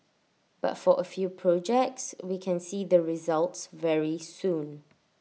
but for A few projects we can see the results very soon